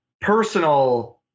personal